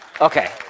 Okay